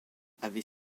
avait